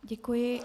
Děkuji.